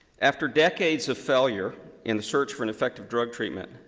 after decades of failure in the search for an effective drug treatment,